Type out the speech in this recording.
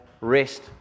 rest